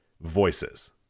VOICES